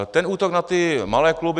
Ten útok na malé kluby.